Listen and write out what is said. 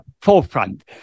forefront